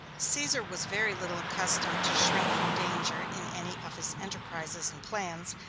caesar was very little accustomed to shrink from danger in any of his enterprises and plans,